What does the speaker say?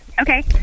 Okay